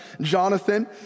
Jonathan